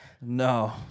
No